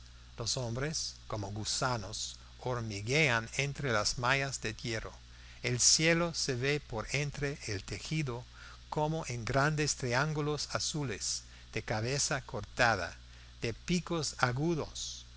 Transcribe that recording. los hombres como gusanos hormiguean entre las mallas de hierro el cielo se ve por entre el tejido como en grandes triángulos azules de cabeza cortada de picos agudos